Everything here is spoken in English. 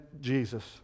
Jesus